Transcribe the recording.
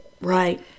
Right